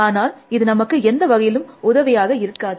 ஆனால் இது நமக்கு எந்த வகையிலும் உதவியாக இருக்காது